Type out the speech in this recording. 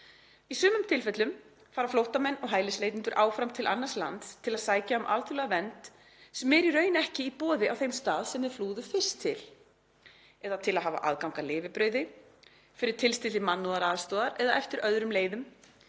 Í sumum tilfellum fara flóttamenn og hælisleitendur áfram til annars lands til að sækja um alþjóðlega vernd sem er í raun ekki í boði á þeim stað sem þeir flúðu fyrst til; eða til að hafa aðgang að lifibrauði, fyrir tilstilli mannúðaraðstoðar eða eftir öðrum leiðum;